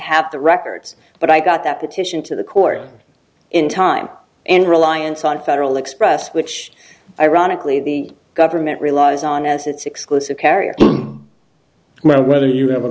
have the records but i got that petition to the court in time in reliance on federal express which ironically the government relies on as its exclusive carrier where whether you have a